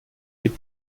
gib